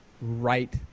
right